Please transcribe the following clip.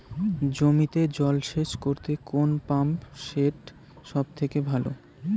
জমিতে জল সেচ করতে কোন পাম্প সেট সব থেকে ভালো?